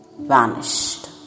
vanished